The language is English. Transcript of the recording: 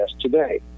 today